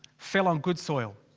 fell on good soil.